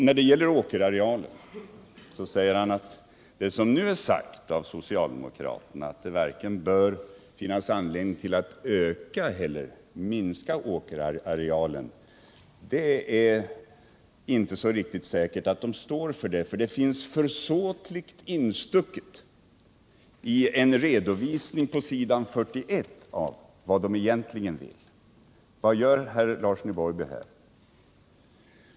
När det gäller åkerarealen säger herr Larsson i Borrby att det inte är riktigt säkert att vi socialdemokrater står bakom vad vi sagt om åkerarealen, nämligen att det inte bör finnas anledning att vare sig öka eller minska den. Detta finns, säger herr Larsson i Borrby, försåtligt instucket i en redovisning på s. 41 av vad socialdemokraterna egentligen vill. Vad gör herr Larsson i Borrby här?